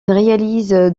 réalise